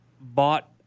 bought